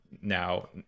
Now